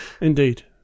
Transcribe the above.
indeed